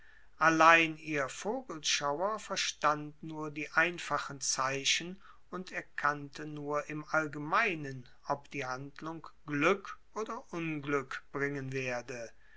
allein ihr vogelschauer verstand nur die einfachen zeichen und erkannte nur im allgemeinen ob die handlung glueck oder unglueck bringen werde